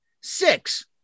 Six